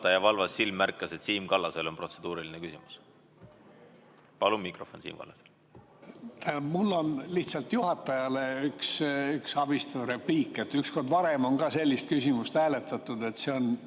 valvas silm märkas, et Siim Kallasel on protseduuriline küsimus. Palun mikrofon Siim Kallasele! Mul on lihtsalt juhatajale üks abistav repliik. Ükskord varem on ka sellist küsimust hääletatud, see on